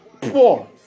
poor